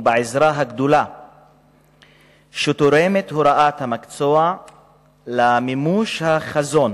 ואת העזרה הגדולה שתורמת הוראת המקצוע למימוש החזון